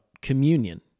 communion